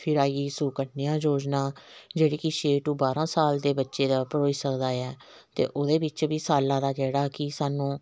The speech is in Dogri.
फिर आई गेई सुकनया योजना जेह्ड़ी कि छै टू बारां साल दे बच्चे दा भरोई सकदा ऐ ते ओह्दे बिच्च बी साले दा जेह्ड़ा कि सानूं